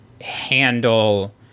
handle